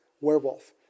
werewolf